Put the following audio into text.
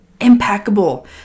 impeccable